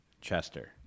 Chester